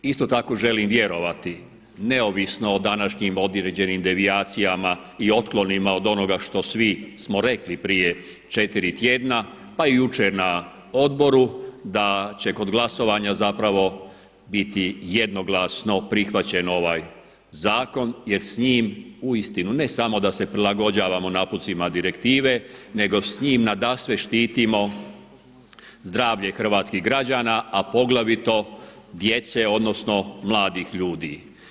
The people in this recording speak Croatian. Isto tako želim vjerovati, neovisno o današnjim određenim devijacijama i otklonima od onoga što svi smo rekli prije 4 tjedna, pa i jučer na odboru da će kod glasovanja zapravo biti jednoglasno prihvaćen ovaj zakon jer s njim uistinu ne samo da se prilagođavamo napucima direktive nego s njime nadasve štitimo zdravlje hrvatskih građana a poglavito djece odnosno mladih ljudi.